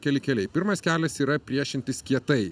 keli keliai pirmas kelias yra priešintis kietai